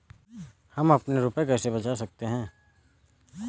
हम अपने रुपये कैसे बचा सकते हैं?